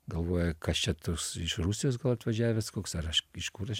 galvoja kas čia tos iš rusijos gal atvažiavęs koks ar aš iš kur aš